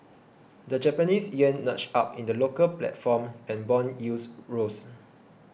the Japanese yen nudged up in the local platform and bond yields rose